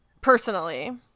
personally